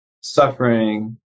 suffering